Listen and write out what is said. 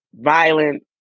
violent